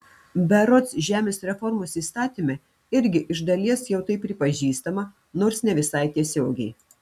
berods žemės reformos įstatyme irgi iš dalies jau tai pripažįstama nors ne visai tiesiogiai